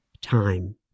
time